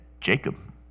Jacob